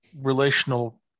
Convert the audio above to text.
relational